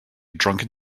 drunken